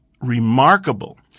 remarkable